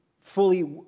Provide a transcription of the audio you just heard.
fully